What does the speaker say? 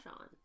on